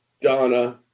Donna